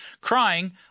crying